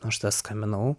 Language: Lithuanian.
aš tada skambinau